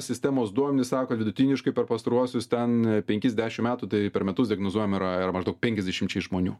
sistemos duomenys sako kad vidutiniškai per pastaruosius ten penkis dešim metų tai per metus diagnozuojami yra yra maždaug penkiasdešimčiai žmonių